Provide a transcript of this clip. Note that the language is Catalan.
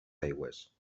aigües